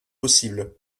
possibles